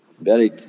Betty